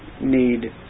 need